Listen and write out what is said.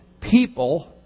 people